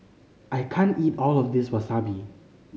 I can't eat all of this Wasabi